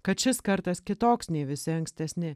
kad šis kartas kitoks nei visi ankstesni